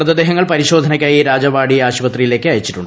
മൃതദേഹങ്ങൾ പരിശോധനയ്ക്കായി രാജവാഡി ആശുപത്രിയിലേക്ക് അയച്ചിട്ടു്